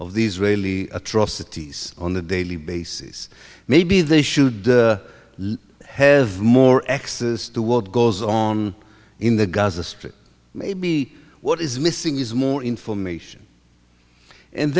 of these really atrocities on a daily basis maybe they should have more access to world goes on in the gaza strip maybe what is missing is more information and